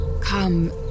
Come